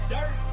Dirt